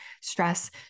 stress